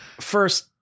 First